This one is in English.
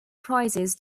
prices